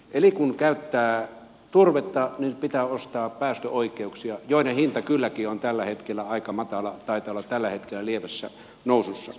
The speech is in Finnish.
eli kun käyttää turvetta niin pitää ostaa päästöoikeuksia joiden hinta kylläkin on tällä hetkellä aika matala taitaa olla tällä hetkellä lievässä nousussa